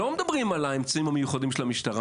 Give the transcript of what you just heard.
לא מדברים על האמצעים המיוחדים של המשטרה,